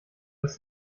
dass